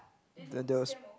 then there was